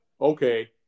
Okay